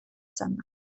esanda